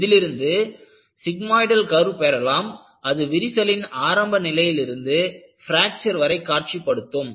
இதிலிருந்து sigmoidal curve பெறலாம் அது விரிசலின் ஆரம்ப நிலையிலிருந்து பிராக்சர் வரை காட்சிப்படுத்தும்